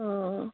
অঁ